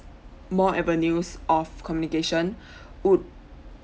more avenues of communication would